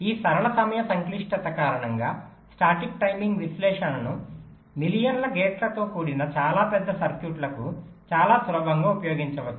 ఈ సరళ సమయ సంక్లిష్టత కారణంగా స్టాటిక్ టైమింగ్ విశ్లేషణను మిలియన్ల గేట్లతో కూడిన చాలా పెద్ద సర్క్యూట్లకు చాలా సులభంగా ఉపయోగించవచ్చు